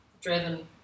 driven